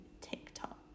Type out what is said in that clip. TikTok